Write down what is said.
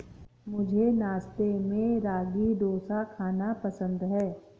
मुझे नाश्ते में रागी डोसा खाना पसंद है